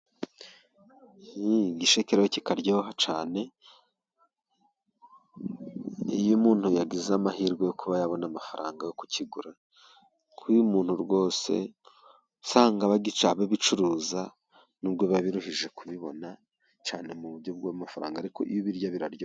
Igisheke reto kiraryoha cyane, iyo umuntu yagize amahirwe yo kubona amafaranga yo kukigura nk'uyu muntu rwose. Usanga bagica babicuruza n'ubwo biba biruhije kubibona, cyane mu buryo bw'amafaranga ariko iyo ubirya biraryo...